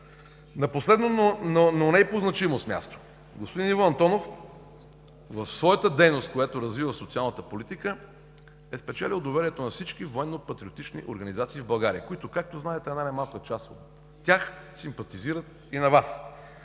На последно, но не и по значимост място, господин Иво Антонов в своята дейност, която развива в социалната политика, е спечелил доверието на всички военно-патриотични организации в България, които, както знаете, една не малка част от тях симпатизират и на Вас.